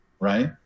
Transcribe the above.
right